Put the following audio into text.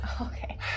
Okay